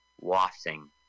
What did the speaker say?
wafting